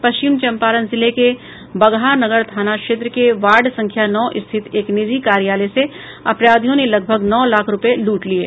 पश्चिम चंपारण जिले के बगहा नगर थाना क्षेत्र के वार्ड संख्या नौ स्थित एक निजी कार्यालय से अपराधियों ने लगभग नौ लाख रुपये लूट लिये